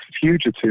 fugitive